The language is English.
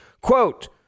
Quote